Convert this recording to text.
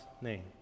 name